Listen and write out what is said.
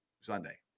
sunday